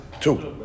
two